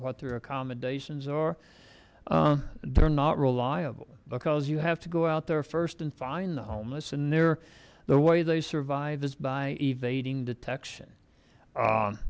what their accommodations are they're not reliable because you have to go out there first and find the homeless and there the way they survive is by evading detection